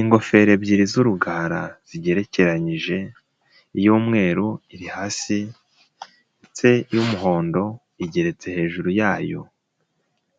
Ingofero ebyiri z'urugara zigerekeranije iy'umweru iri hasi, ndetse iy'umuhondo igeretse hejuru yayo